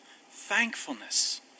Thankfulness